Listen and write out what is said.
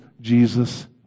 Jesus